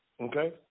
Okay